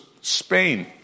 Spain